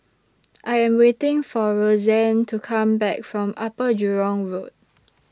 I Am waiting For Rozanne to Come Back from Upper Jurong Road